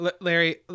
Larry